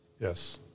Yes